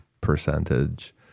percentage